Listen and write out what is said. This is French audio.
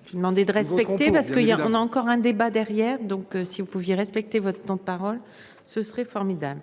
Ouais j'ai demandé de respecter parce qu'il y a, on a encore un débat derrière. Donc si vous pouviez respecter votre temps de parole, ce serait formidable.